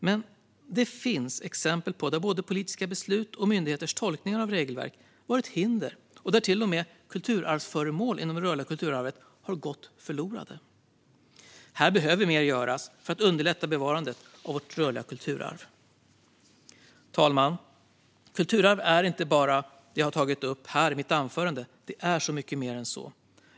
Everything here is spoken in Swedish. Men det finns exempel på där både politiska beslut och myndigheters tolkningar av regelverk varit hinder och där till och med kulturarvsföremål inom det rörliga kulturarvet har gått förlorade. Här behöver mer göras för att underlätta bevarandet av vårt rörliga kulturarv. Fru talman! Kulturarv är inte bara det jag tagit upp här i mitt anförande. Det är så mycket mer än så.